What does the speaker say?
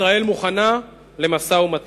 ישראל מוכנה למשא-ומתן,